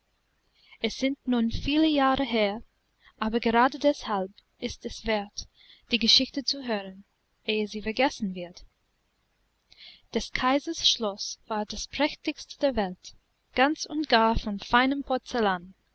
es sind nun viele jahre her aber gerade deshalb ist es wert die geschichte zu hören ehe sie vergessen wird des kaisers schloß war das prächtigste der welt ganz und gar von feinem porzellan